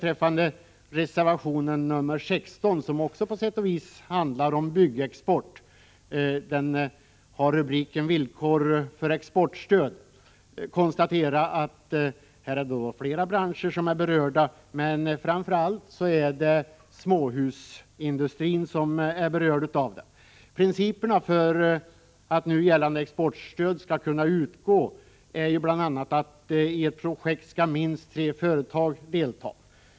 Reservation 16, som har rubriken Villkor för exportstöd, handlar på sätt och vis också om byggexport. Flera branscher är här berörda, men framför allt småhusindustrin. Ett av villkoren för att nu gällande exportstöd skall kunna utgå är att det i ett projekt deltar minst tre företag.